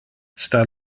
sta